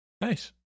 Nice